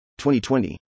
2020